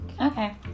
Okay